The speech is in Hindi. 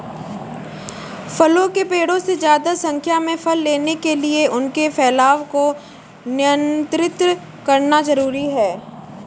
फलों के पेड़ों से ज्यादा संख्या में फल लेने के लिए उनके फैलाव को नयन्त्रित करना जरुरी है